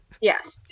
Yes